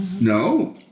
No